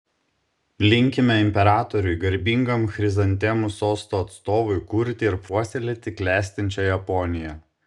linkime imperatoriui garbingam chrizantemų sosto atstovui kurti ir puoselėti klestinčią japoniją